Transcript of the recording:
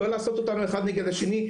לא לעשות אותנו אחד נגד השני,